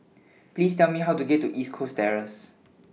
Please Tell Me How to get to East Coast Terrace